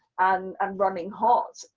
and and running hot,